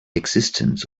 existence